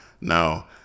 Now